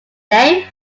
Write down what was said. name